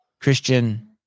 Christian –